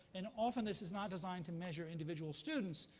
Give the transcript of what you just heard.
and often, this is not designed to measure individual students,